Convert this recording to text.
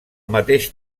mateix